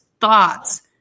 thoughts